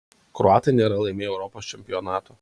kroatai nėra laimėję europos čempionato